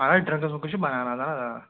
اَہَن حظ ڈرٛنکٕس ونٛکٕس چھِ بَنان اَہَن حظ آ آ